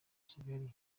kigali